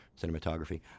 cinematography